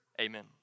Amen